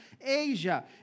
Asia